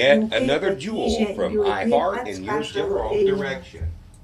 laukai patižę juodi pats pašalo ėjimas